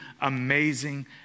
amazing